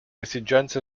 esigenze